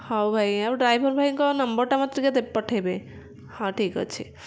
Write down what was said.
ହଉ ଭାଇ ଆଉ ଡ୍ରାଇଭର ଭାଇଙ୍କ ନମ୍ବରଟା ମୋତେ ଟିକେ ପଠାଇବେ ହଁ ଠିକ୍ ଅଛି